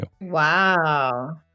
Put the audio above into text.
Wow